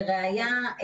לראיה,